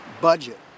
budget